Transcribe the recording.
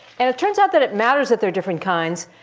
and it turns out that it matters that there are different kinds,